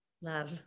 Love